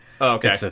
Okay